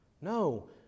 no